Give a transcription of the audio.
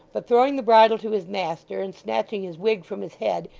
but throwing the bridle to his master, and snatching his wig from his head,